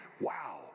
Wow